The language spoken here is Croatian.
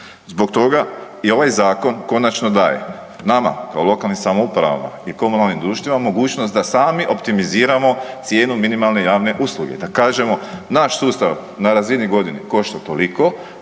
Zbog toga i ovaj zakon konačno daje nama kao lokalnim samoupravama i komunalnim društvima mogućnost da sami optimiziramo cijenu minimalne javne usluge, da kažemo naš sustav na razini godine košta toliko